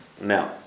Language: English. Now